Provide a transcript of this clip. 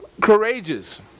courageous